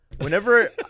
whenever